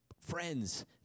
friends